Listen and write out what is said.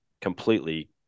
completely